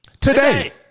Today